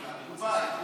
מה שנקרא: בדובאי,